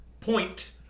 point